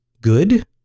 good